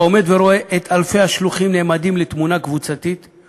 אתה עומד ורואה את אלפי השלוחים נעמדים לתמונה קבוצתית,